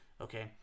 okay